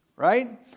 Right